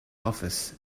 office